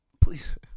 Please